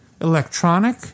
electronic